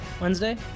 Wednesday